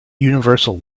universal